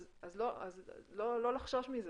אז לא לחשוש מזה,